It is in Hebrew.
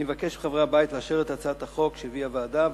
אני מבקש מחברי הבית לאשר את הצעת החוק שהביאה הוועדה,